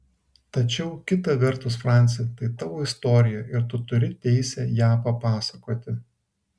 tačiau kita vertus franci tai tavo istorija ir tu turi teisę ją papasakoti